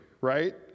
Right